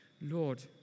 Lord